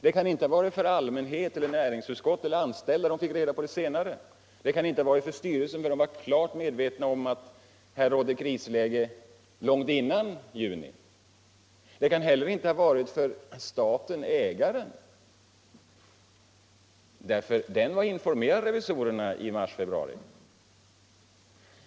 Det kan inte ha varit för allmänheten, näringsutskottet eller de anställda — de fick reda på det senare. Det kan inte ha varit för styrelsen, för den var klart medveten om att här rådde krisläge långt före juni. Det kan heller mte ha varit för staten-ägaren, för den var informerad av revisorerna i mars-februari.